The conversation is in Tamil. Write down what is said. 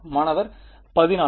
மாணவர் 14